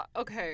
okay